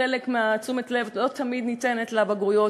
חלק מתשומת הלב שלהם לא תמיד ניתנת לבגרויות.